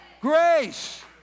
Grace